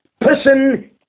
person